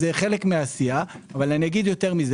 זה חלק מהעשייה אבל יותר מזה